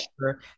sure